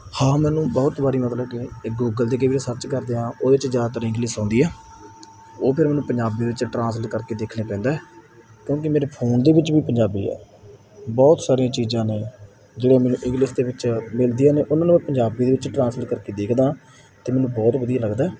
ਹਾਂ ਮੈਨੂੰ ਬਹੁਤ ਵਾਰੀ ਮਤਲਬ ਕਿ ਗੂਗਲ 'ਤੇ ਕਈ ਵਾਰ ਸਰਚ ਕਰਦੇ ਹਾਂ ਉਹਦੇ 'ਚ ਜ਼ਿਆਦਾਤਰ ਇੰਗਲਿਸ਼ ਆਉਂਦੀ ਆ ਉਹ ਫਿਰ ਮੈਨੂੰ ਪੰਜਾਬੀ ਦੇ ਵਿੱਚ ਟ੍ਰਾਂਸਲੇਟ ਕਰਕੇ ਦੇਖਣਾ ਪੈਂਦਾ ਕਿਉਂਕਿ ਮੇਰੇ ਫੋਨ ਦੇ ਵਿੱਚ ਵੀ ਪੰਜਾਬੀ ਆ ਬਹੁਤ ਸਾਰੀਆਂ ਚੀਜ਼ਾਂ ਨੇ ਜਿਹੜੇ ਮੈਨੂੰ ਇੰਗਲਿਸ਼ ਦੇ ਵਿੱਚ ਮਿਲਦੀਆਂ ਨੇ ਉਹਨਾਂ ਨੂੰ ਮੈਂ ਪੰਜਾਬੀ ਦੇ ਵਿੱਚ ਟ੍ਰਾਂਸਲੇਟ ਕਰਕੇ ਦੇਖਦਾ ਅਤੇ ਮੈਨੂੰ ਬਹੁਤ ਵਧੀਆ ਲੱਗਦਾ